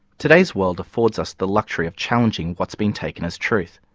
today's world affords us the luxury of challenging what's been taken as truth.